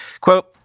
Quote